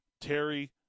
Terry